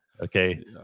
okay